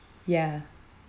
ya